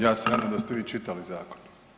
Ja se nadam da ste vi čitali zakon.